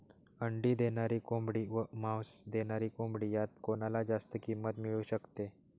अंडी देणारी कोंबडी व मांस देणारी कोंबडी यात कोणाला जास्त किंमत मिळू शकते?